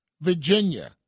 Virginia